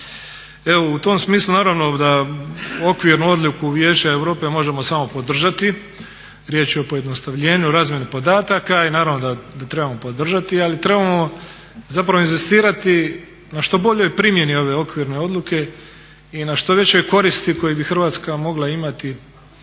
u tom smislu naravno da okvirnu odluku Vijeća Europe možemo samo podržati. Riječ je o pojednostavljenju razmjene podataka i naravno da trebamo podržati, ali trebamo zapravo inzistirati na što boljoj primjeni ove okvirne odluke i na što većoj koristi koju bi Hrvatska mogla imati